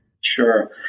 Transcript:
Sure